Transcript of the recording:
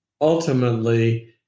ultimately